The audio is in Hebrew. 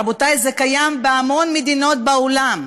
רבותי, זה קיים בהמון מדינות בעולם.